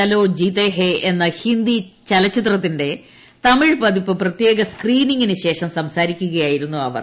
ചലോ ജീത്തേഹേ എന്ന ഹിന്ദി ചലച്ചിത്രത്തിന്റെ തമിഴ് പതിപ്പ് പ്രത്യേക സ്ക്രീനിംഗിനുശേഷം സംസാരിക്കുകയായിരുന്നു അവർ